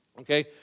okay